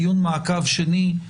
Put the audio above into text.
דיון מעקב שני.